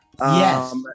Yes